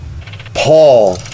Paul